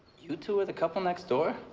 you two are the couple next door?